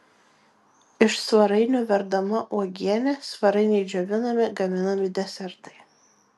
iš svarainių verdama uogienė svarainiai džiovinami gaminami desertai